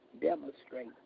demonstrate